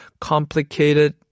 complicated